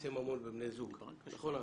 נכסי ממון בין בני זוג בקדנציה הקודמת.